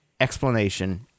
explanation